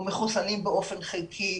או מחוסנים באופן חלקי,